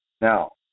Now